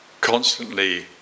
constantly